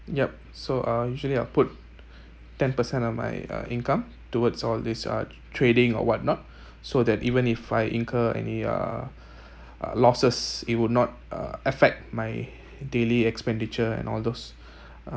yup so uh usually I’ll put ten percent of my uh income towards all this uh trading or what not so that even if I incur any uh uh losses it would not uh affect my daily expenditure and all those